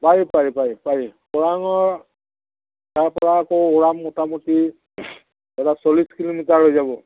পাৰি পাৰি পাৰি পাৰি ওৰাঙৰ তাৰপৰা আকৌ ওৰাং মোটামুটি এটা চল্লিছ কিলোমিটাৰ হৈ যাব